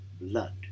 blood